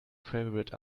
favorite